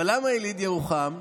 אבל למה יליד ירוחם?